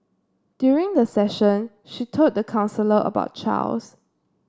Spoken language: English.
during the session she told the counsellor about Charles